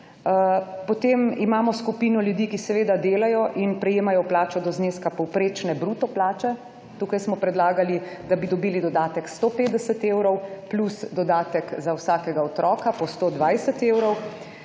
Potem imamo skupino ljudi, ki seveda delajo in prejemajo plačo do zneska povprečne bruto plače. Tukaj smo predlagali, da bi dobili dodatek 150 evrov plus dodatek za vsakega otroka po 120 evrov.